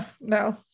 no